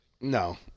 No